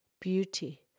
beauty